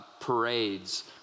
parades